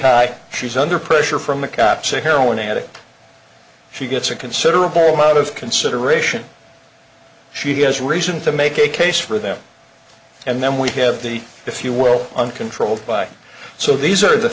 had she's under pressure from the cops a heroin addict she gets a considerable amount of consideration she has reason to make a case for them and then we have the if you will uncontrolled by so these are the